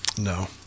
No